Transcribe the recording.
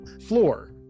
floor